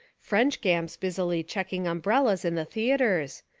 french gamps busily checking umbrellas in the theatres,